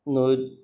নৈত